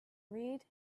read